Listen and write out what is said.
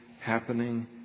happening